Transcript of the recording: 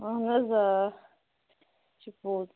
اَہَن حظ آ یہِ چھُ پوٚز